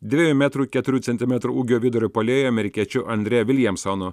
dviejų metrų keturių centimetrų ūgio vidurio puolėju amerikiečiu andre viljamsonu